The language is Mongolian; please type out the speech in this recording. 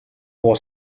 овоо